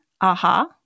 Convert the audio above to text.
AHA